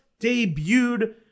debuted